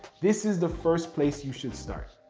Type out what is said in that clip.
this is the first place you should start.